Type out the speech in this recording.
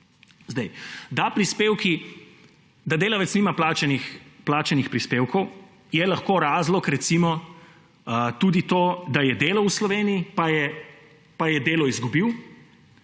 drug. Da delavec nima plačanih prispevkov, je lahko razlog, recimo, tudi to, da je delal v Sloveniji, pa je delo izgubil.